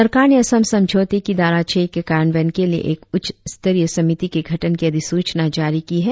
सरकार ने असम समझौते की धारा छह के कार्यान्वयन के लिए एक उच्च स्तरीय समिति के गठन की अधिसूचना जारी की है